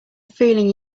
feeling